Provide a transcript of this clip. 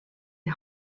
die